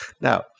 Now